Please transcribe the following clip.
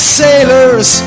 sailors